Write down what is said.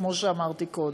כמו שאמרתי קודם.